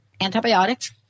antibiotics